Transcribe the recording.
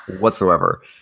whatsoever